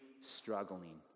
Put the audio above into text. struggling